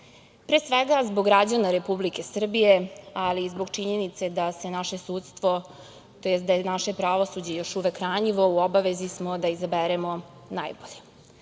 svega, zbog građana Republike Srbije, ali i zbog činjenice da se naše sudstvo, tj. da je naše pravosuđe još uvek ranjivo, u obavezi smo da izaberemo najbolje. Srpska